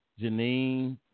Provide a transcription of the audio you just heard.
Janine